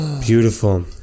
Beautiful